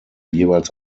jeweils